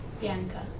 Bianca